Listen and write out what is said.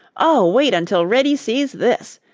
oh, wait until reddy sees this!